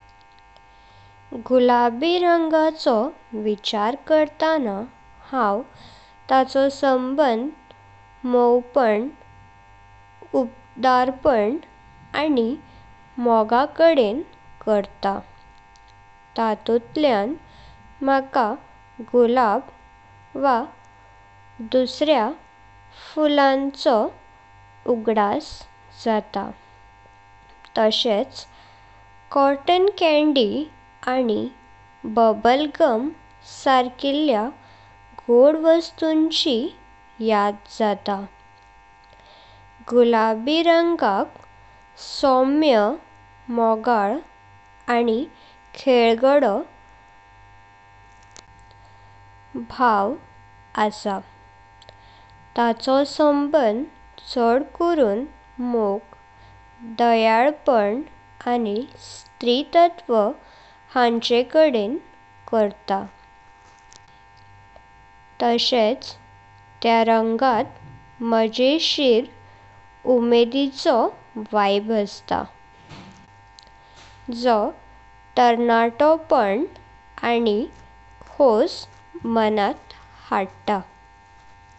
Dishwasher हे आयडन धुवपाचे मशीन। तुमी भीतर आयडन घालप शाबू घालप आणि चालू करप। तो आयडन निवाळ करप खातीर उदकाचो फवारो मारता, धुवन काडता आणि मगरीं सुकयता। तेह जातकाच तुमची आयडन निवाळ जात।